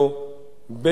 ביוזמתו,